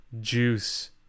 juice